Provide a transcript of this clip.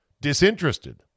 disinterested